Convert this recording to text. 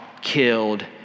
killed